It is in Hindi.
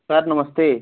सर नमस्ते